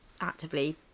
actively